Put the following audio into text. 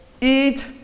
eat